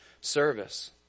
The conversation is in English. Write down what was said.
service